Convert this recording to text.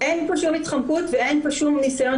אין פה שום התחמקות ואין פה שום ניסיון